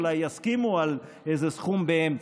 אולי יסכימו על איזה סכום באמצע.